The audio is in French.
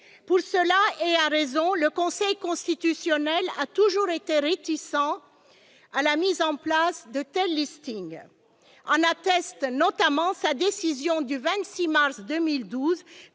Pour cela, et à raison, le Conseil constitutionnel a toujours été réticent à la mise en place de tels listings. C'est insupportable ! En atteste notamment sa décision du 22 mars 2012